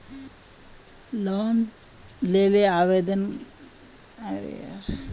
Loan लेले आवेदन online करे ले पड़ते?